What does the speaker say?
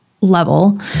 level